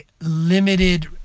limited